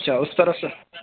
اچھا اس طرف سے